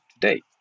today